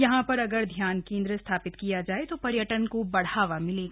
यहां पर अगर ध्यान केंद्र स्थापित किया जाय तो पर्यटन को बढ़ावा मिलेगा